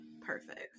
perfect